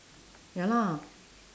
ya lah